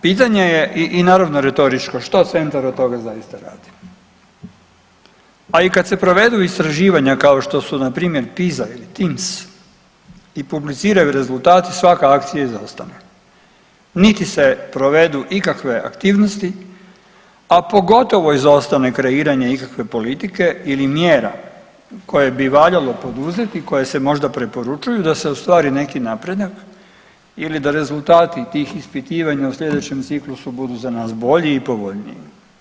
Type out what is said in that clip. Pitanje je i, i naravno retoričko, što centar od toga zaista radi, a i kad se provedu istraživanja kao što su npr. PISA ili TIMSS i publiciraju rezultati, svaka akcija je izostala, niti se provedu ikakve aktivnosti, a pogotovo izostane kreiranje ikakve politike ili mjera koje bi valjalo poduzeti, koje se možda preporučuju da se ostvari neki napredak ili da rezultati tih ispitivanja u slijedećem ciklusu budu za nas bolji i povoljniji.